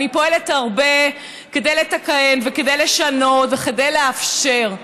ואני פועלת הרבה כדי לתקן וכדי לשנות וכדי לאפשר.